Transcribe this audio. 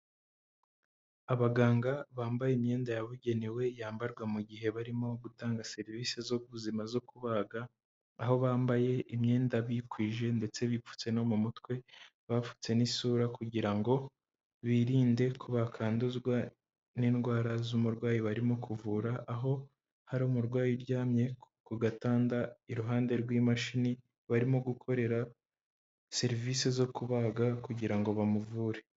Abaganga bambaye imyenda yabugenewe yambarwa mu gihe barimo gutanga serivisi z'ubuzima zo kubaga, aho bambaye imyenda bikwije ndetse bipfutse no mu mutwe bapfutse n'isura kugira ngo birinde ko bakanduzwa n'indwara z'umurwayi barimo kuvura, aho hari umurwayi uryamye ku gatanda iruhande rw'imashini, barimo gukorera serivisi zo kubaga kugira ngo bamuvure.